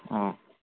आं